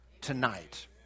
Tonight